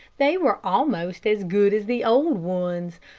they were almost as good as the old ones,